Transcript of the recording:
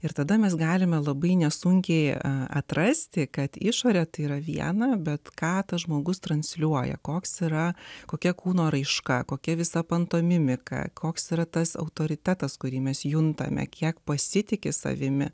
ir tada mes galime labai nesunkiai atrasti kad išorę tai yra viena bet ką tas žmogus transliuoja koks yra kokia kūno raiška kokia visa pantomimika koks yra tas autoritetas kurį mes juntame kiek pasitiki savimi